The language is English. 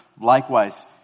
Likewise